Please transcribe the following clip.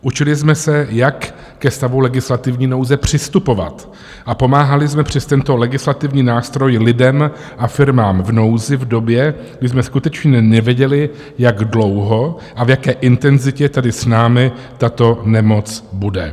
Učili jsme se, jak ke stavu legislativní nouze přistupovat, a pomáhali jsme přes tento legislativní nástroj lidem a firmám v nouzi v době, kdy jsme skutečně nevěděli, jak dlouho a v jaké intenzitě tedy s námi tato nemoc bude.